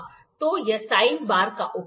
तो यह sine bar का उपयोग है